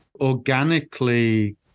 organically